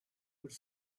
could